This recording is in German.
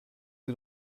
sie